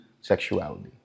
sexuality